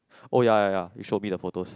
oh ya ya you show me the photos